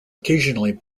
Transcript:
occasionally